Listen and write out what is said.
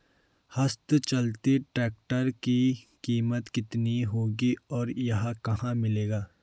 हस्त चलित ट्रैक्टर की कीमत कितनी होगी और यह कहाँ मिलेगा?